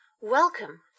Welcome